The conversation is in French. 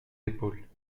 épaules